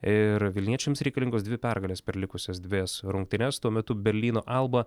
ir vilniečiams reikalingos dvi pergalės per likusias dvejas rungtynes tuo metu berlyno alba